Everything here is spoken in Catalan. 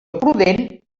prudent